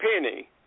Penny